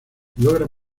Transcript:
logran